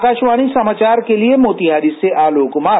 आकाशवाणी समाचार के लिए मोतिहारी से आलोक कुमार